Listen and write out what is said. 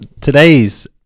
today's